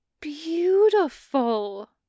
beautiful